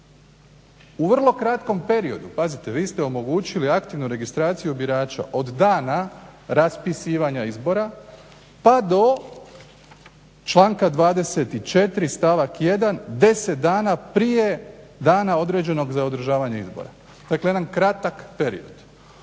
U vrlo kratkom periodu, pazite vi ste omogućili aktivnu registraciju birača od dana raspisivanja izbora pa do članka 24. stavak 1., 10 dana prije dana određenog za održavanje izbora. Dakle jedan kratak period.